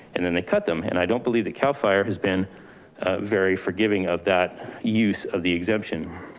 and then they cut them. and i don't believe that cal fire has been a very forgiving of that use of the exemption.